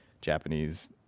Japanese